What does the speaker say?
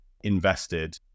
invested